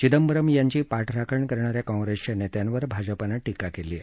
चिदंबरम यांची पाठराखण करणाऱ्या काँप्रेसच्या नेत्यांवर भाजपानं टीका केली आहे